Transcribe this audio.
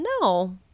no